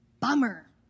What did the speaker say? bummer